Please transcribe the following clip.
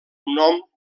nom